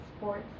sports